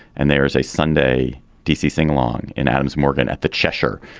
and there is a sunday d c. sing along in adams morgan at the cheshire.